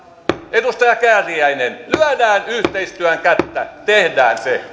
edustaja kääriäinen lyödään yhteistyön kättä tehdään se